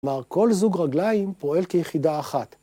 כלומר כל זוג רגליים פועל כיחידה אחת.